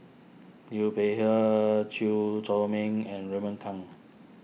Liu Peihe Chew Chor Meng and Raymond Kang